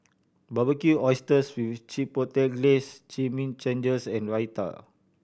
Barbecued Oysters with Chipotle Glaze Chimichangas and Raita